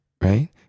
right